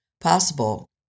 possible